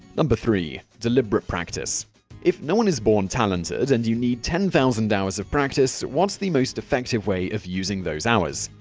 um but three. deliberate practice if no one is born talented and you need ten thousand hours of practice, what's the most effective way of using those hours?